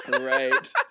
Right